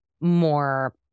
more